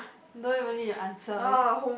don't even need the answer each